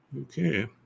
okay